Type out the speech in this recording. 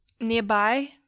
nearby